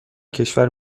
کشور